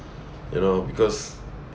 you know because